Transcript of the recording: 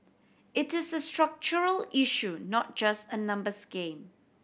it is a structural issue not just a numbers game